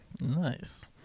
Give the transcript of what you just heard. Nice